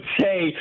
say